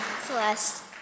Celeste